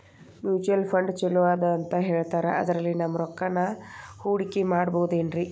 Mutual fund ಛಲೋ ಅದಾ ಅಂತಾ ಹೇಳ್ತಾರ ಅದ್ರಲ್ಲಿ ನಮ್ ರೊಕ್ಕನಾ ಹೂಡಕಿ ಮಾಡಬೋದೇನ್ರಿ?